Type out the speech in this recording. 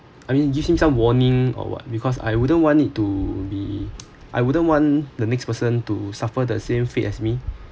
I mean gives him some warning or what because I wouldn't want it to be I wouldn't want the next person to suffer the same fate as me